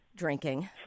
Drinking